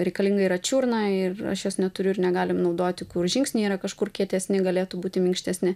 reikalinga yra čiurna ir aš jos neturiu ir negalima naudoti kur žingsniai yra kažkur kietesni galėtų būti minkštesni